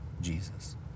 Jesus